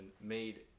made